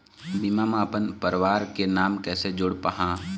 बीमा म अपन परवार के नाम कैसे जोड़ पाहां?